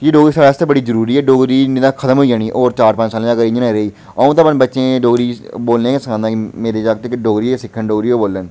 की जे डोगरी साढ़े आस्तै बड़ी जरूरी ऐ डोगरी निं तां खत्म होई जानी ऐ होर चार पंज सालें अगर इ'यां रेई अ'ऊं तां बच्चें ई डोगरी बोलने ताईं सखान्ना कि मेरे जागत डोगरी गै सिक्खन डोगरी गै बोलन